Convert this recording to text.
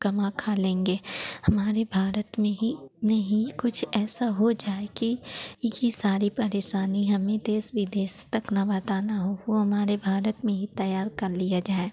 कमा खा लेंगे हमारे भारत में ही में ही कुछ ऐसा हो जाए कि इ कि सारी परेशानी हमें देश विदेश तक ना बताना हो वह हमारे भारत में ही तैयार कर लिया जाए